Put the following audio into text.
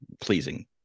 pleasing